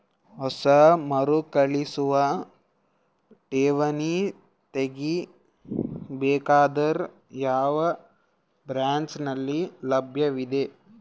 ಹೊಸ ಮರುಕಳಿಸುವ ಠೇವಣಿ ತೇಗಿ ಬೇಕಾದರ ಯಾವ ಬ್ರಾಂಚ್ ನಲ್ಲಿ ಲಭ್ಯವಿದೆ?